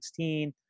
2016